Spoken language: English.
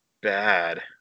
bad